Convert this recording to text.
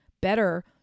Better